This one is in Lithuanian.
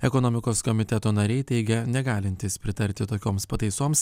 ekonomikos komiteto nariai teigia negalintys pritarti tokioms pataisoms